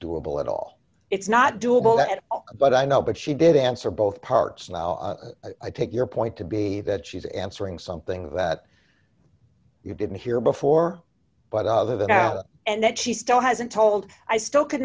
doable at all it's not doable at all but i know but she did answer both parts now i take your point to be that she's answering something that you didn't hear before but other than out and that she still hasn't told i still could